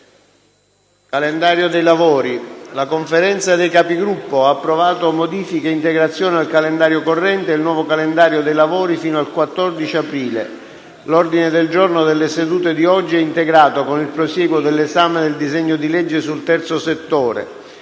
nuova finestra"). La Conferenza dei Capigruppo ha approvato modifiche e integrazioni al calendario corrente e il nuovo calendario dei lavori fino al 14 aprile. L'ordine del giorno delle sedute di oggi è integrato con il prosieguo dell'esame del disegno di legge sul terzo settore.